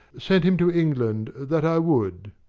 sent him to england, that i would.